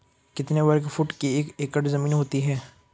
कितने वर्ग फुट की एक एकड़ ज़मीन होती है?